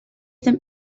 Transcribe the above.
them